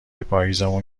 پاییزیمون